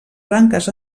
branques